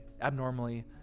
abnormally